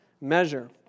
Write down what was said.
measure